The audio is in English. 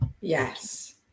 yes